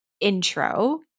intro